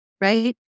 right